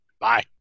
Bye